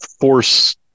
force